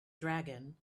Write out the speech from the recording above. dragon